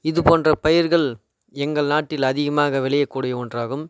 இது போன்ற பயிர்கள் எங்கள் நாட்டில் அதிகமாக விளையக்கூடிய ஒன்றாகும்